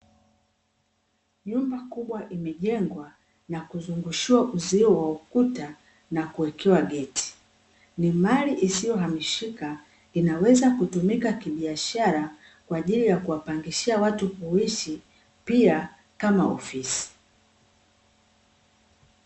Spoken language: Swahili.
Nyumba kubwa imejengwa na kuzunguushiwa uzio wa ukuta na kuwekewa geti, ni mali isiyohamishika inaweza kutumika kibiashara kwa ajili ya kuwapangishia watu kuishi pia kama ofisi.